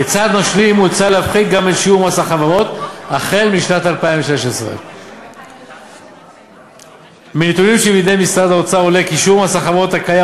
כצעד משלים מוצע להפחית גם את שיעור מס החברות החל משנת 2016. מנתונים שבידי משרד האוצר עולה כי שיעור מס החברות הקיים,